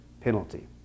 penalty